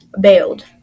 bailed